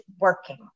working